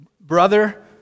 Brother